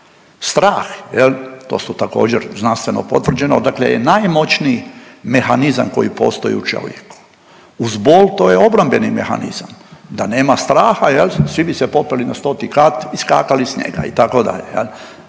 Strah jel to su također znanstveno potvrđeno odakle je najmoćniji mehanizam koji postoji u čovjeku, uz bol to je obrambeni mehanizam. Da nema straha jel svi bi se popeli na 100. kat i skakali s njega itd., da